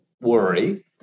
worry